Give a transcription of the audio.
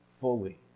fully